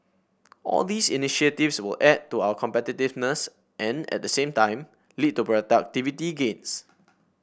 all these initiatives will add to our competitiveness and at the same time lead to productivity gains